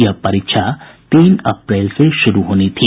यह परीक्षा तीन अप्रैल से शुरू होनी थी